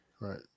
Right